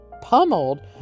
pummeled